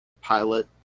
pilot